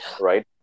right